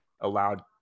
allowed